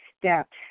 steps